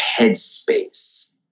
headspace